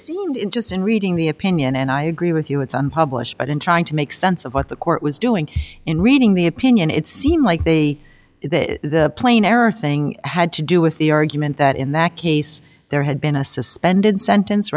seemed in just in reading the opinion and i agree with you it's unpublished but in trying to make sense of what the court was doing in reading the opinion it seemed like they it the plain error thing had to do with the argument that in that case there had been a suspended sentence